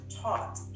taught